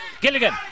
Gilligan